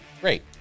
great